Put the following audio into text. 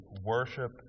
worship